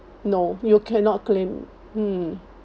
no you cannot claim mm